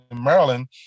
Maryland